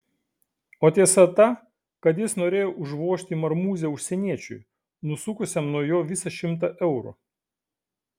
o tiesa ta kad jis norėjo užvožti į marmūzę užsieniečiui nusukusiam nuo jo visą šimtą eurų